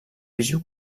visió